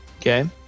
Okay